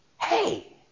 hey